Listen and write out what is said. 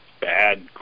bad